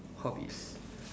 hobbies